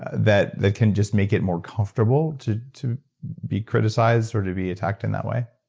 that that can just make it more comfortable to to be criticized or to be attacked in that way?